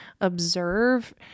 observe